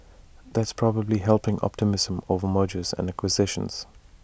that's probably helping optimism over mergers and acquisitions